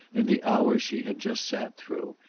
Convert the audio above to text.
in the hours she had just sat through,